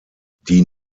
die